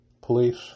police